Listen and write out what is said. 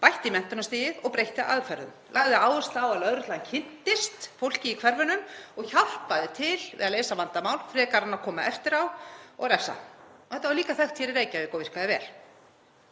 bætti í menntunarstigið og breytti aðferðum, lagði áherslu á að lögreglan kynntist fólki í hverfunum og hjálpaði til við að leysa vandamál frekar en að koma eftir á og refsa. Þetta var líka þekkt í Reykjavík og virkaði vel.